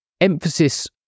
Emphasis